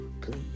please